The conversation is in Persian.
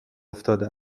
افتاده